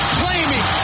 claiming